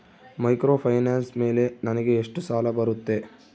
Microfinance ಮೇಲೆ ನನಗೆ ಎಷ್ಟು ಸಾಲ ಬರುತ್ತೆ?